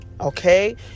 Okay